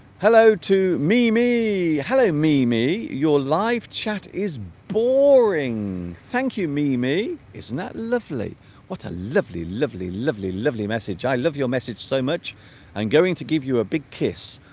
hello to mimi hello mimi your live chat is boring thank you mimi isn't that lovely what a lovely lovely lovely lovely message i love your message so much and going to give you a big kiss